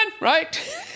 Right